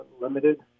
limited